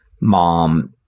mom